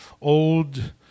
old